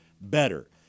better